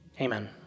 Amen